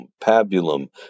pabulum